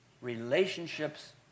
relationships